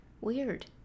weird